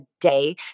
day